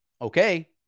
okay